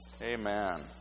Amen